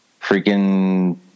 Freaking